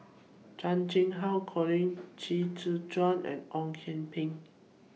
Chan Chang How Colin Qi Zhe Quan and Ong Kian Peng